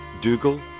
Dougal